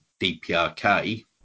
DPRK